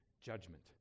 judgment